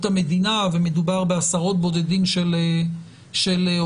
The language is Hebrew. המדינה ומדובר בעשרות בודדים של עובדים.